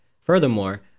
Furthermore